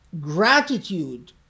gratitude